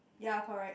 ya correct